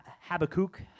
Habakkuk